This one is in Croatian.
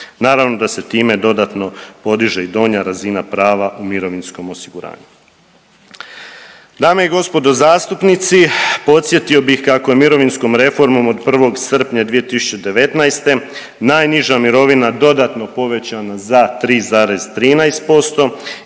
Naravno da se time dodatno podiže i donja razina prava u mirovinskom osiguranju. Dame i gospodo zastupnici, podsjetio bih kako je mirovinskom reformom od 1. srpnja 2019. najniža mirovina dodatno povećana za 3,13%